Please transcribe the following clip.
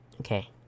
okay